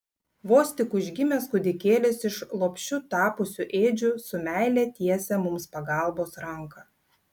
vos tik užgimęs kūdikėlis iš lopšiu tapusių ėdžių su meile tiesia mums pagalbos ranką